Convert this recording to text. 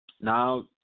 Now